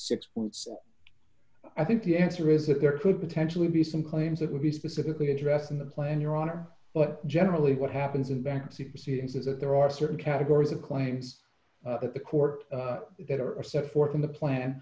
six i think the answer is that there could potentially be some claims that would be specifically addressed in the plan your honor but generally what happens in bankruptcy proceedings is that there are certain categories of claims that the court that are set forth in the plan